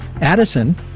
Addison